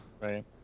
Right